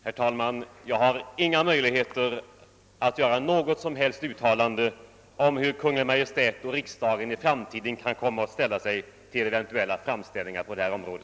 Herr talman! Jag har inga möjligheter att göra något som helst uttalande om hur Kungl. Maj:t och riksdagen i framtiden kan komma att ställa sig till eventuella framställningar på detta område.